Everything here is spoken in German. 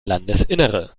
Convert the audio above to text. landesinnere